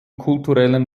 kulturellen